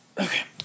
Okay